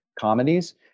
comedies